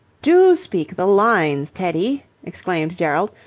do speak the lines, teddy, exclaimed gerald.